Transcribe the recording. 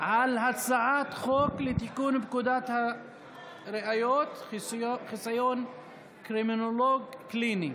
על הצעת חוק לתיקון פקודת הראיות (חסיון קרימינולוג קליני).